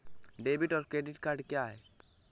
Debit और credit क्या है?